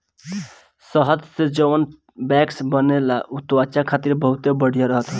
शहद से जवन वैक्स बनेला उ त्वचा खातिर बहुते बढ़िया रहत हवे